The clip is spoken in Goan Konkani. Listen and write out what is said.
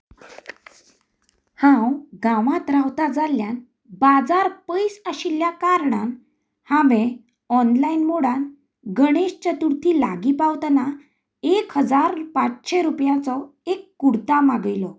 हांव गांवांत रावता जाल्ल्यान बाजार पयस आशिल्ल्या कारणान हांवें ऑनलायन मोडान गणेश चतुर्थी लागीं पावतना एक हजार पाचशें रुपयाचो एक कुर्ता मागयलो